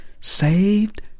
Saved